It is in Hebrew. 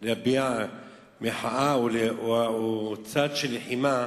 להביע מחאה או צד של לחימה,